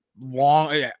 long